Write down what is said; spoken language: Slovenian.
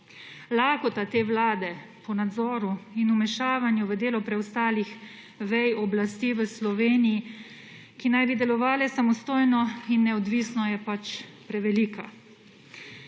Lakota te vlade po nadzoru in vmešavanju v delo preostalih vej oblasti v Sloveniji, ki naj bi delovale samostojno in neodvisno je pač prevelika.